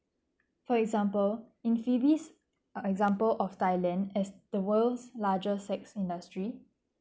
for example in phoebe 's uh example of thailand as the world's largest sex industry